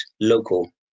local